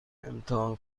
امتحان